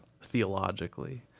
theologically